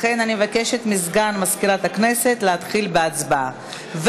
לכן אני מבקשת מסגן מזכירת הכנסת להתחיל בהצבעה.